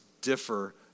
differ